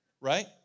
Right